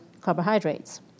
carbohydrates